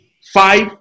five